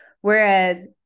Whereas